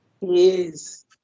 Yes